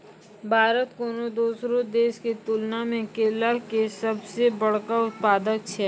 भारत कोनो दोसरो देशो के तुलना मे केला के सभ से बड़का उत्पादक छै